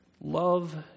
Love